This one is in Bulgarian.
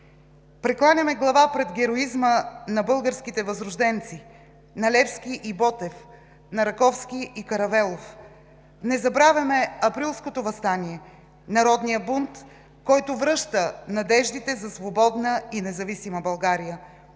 Прекланяме глава пред героизма на българските възрожденци, на Левски и Ботев, на Раковски и Каравелов. Не забравяме Априлското въстание – народния бунт, който връща надеждите за свободна и независима България.